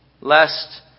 lest